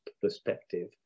perspective